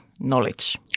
knowledge